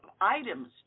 items